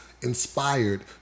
inspired